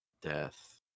Death